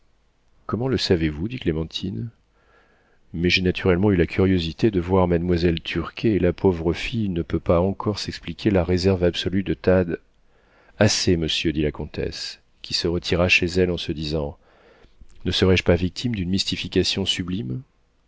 comment le savez-vous dit clémentine mais j'ai naturellement eu la curiosité de voir mademoiselle turquet et la pauvre fille ne peut pas encore s'expliquer la réserve absolue de thad assez monsieur dit la comtesse qui se retira chez elle en se disant ne serais-je pas victime d'une mystification sublime